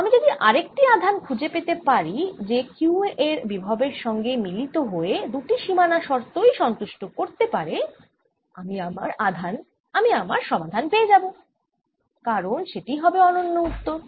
আমি যদি আরেকটি আধান খুঁজে পেতে পারি যে q এর বিভবের সঙ্গে মিলিত হয়ে দুটি সীমানা শর্তই সন্তুষ্ট করতে পারে আমি আমার সমাধান পেয়ে যাব কারণ সেটিই হবে অনন্য উত্তর